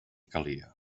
calia